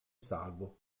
salvo